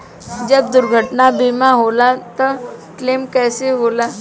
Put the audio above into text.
जब दुर्घटना बीमा होला त क्लेम कईसे होला?